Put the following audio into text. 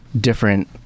different